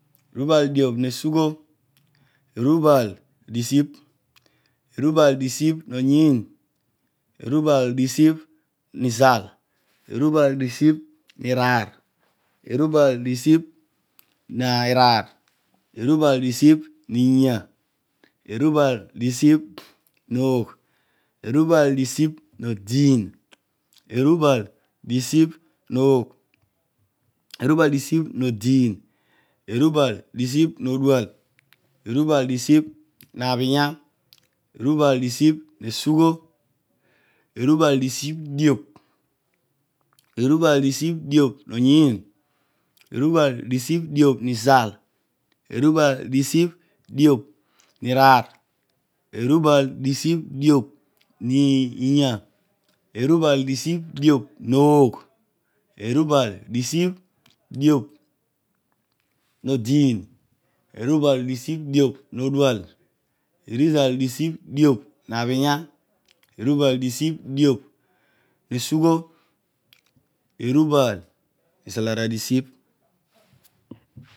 Erubal diobh nesugho eruba disibh erubal disibh noyiin erubal disibh niizal erubal disibh niiraar erubal disibh niiraar erubal disibh niinya erubal disibh noogh erubal disibh noodiin, erubal disibh nnogh, erub disibh no odual eru disibh neesugho erubal disibh diobh, erubal disibh diobh noogiin erubal disibh diobh niizal erubal disibh diobh niiraar erubalo disibhndiobh niinya erubal disibh diobh noogh erubal disibh diobh noodiin erubal disibh diobh no odual erubal disibh diobh naa bhenya erubal disibh diobh nieesugho izal ara- adisibh